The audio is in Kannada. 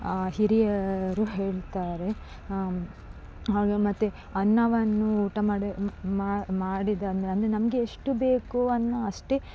ಹಿರಿಯರು ಹೇಳ್ತಾರೆ ಹಾಗೇ ಮತ್ತೆ ಅನ್ನವನ್ನು ಊಟ ಮಾಡಿ ಮಾಡಿದ ಅಂದರೆ ನಮಗೆ ಎಷ್ಟು ಬೇಕು ಅನ್ನ ಅಷ್ಟೇ